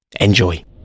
Enjoy